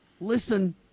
Listen